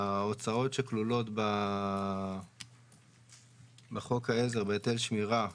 ההוצאות שכלולות בחוק העזר, בהיטל שמירה,